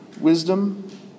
wisdom